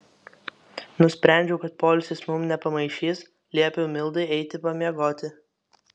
nusprendžiau kad poilsis mums nepamaišys liepiau mildai eiti pamiegoti